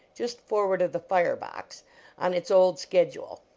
just forward of the fire-box on its old schedule.